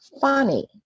funny